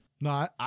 No